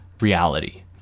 reality